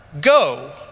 go